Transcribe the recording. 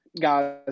guys